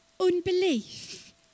Unbelief